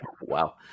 Wow